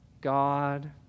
God